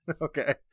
Okay